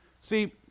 See